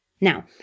Now